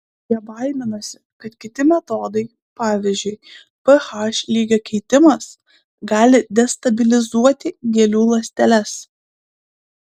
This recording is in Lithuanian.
jie baiminosi kad kiti metodai pavyzdžiui ph lygio keitimas gali destabilizuoti gėlių ląsteles